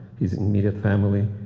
his immediate family,